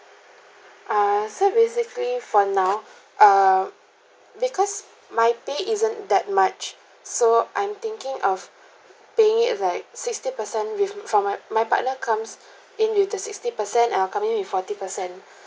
ah so basically for now uh because my pay isn't that much so I'm thinking of paying it like sixty percent re~ from my my partner comes in with the sixty percent I'll come in with forty percent